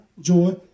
joy